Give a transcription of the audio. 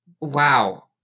Wow